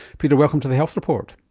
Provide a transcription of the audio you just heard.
peter, welcome to the health report.